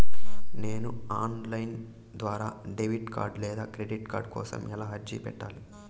నేను online ద్వారా debit card లేదా క్రెడిట్ కార్డు కోసం ఎలా అర్జీ పెట్టాలి?